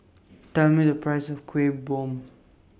Tell Me The priceS of Kuih Bom